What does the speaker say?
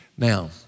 Now